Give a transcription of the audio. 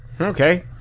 okay